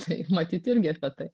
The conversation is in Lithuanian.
tai matyt irgi apie tai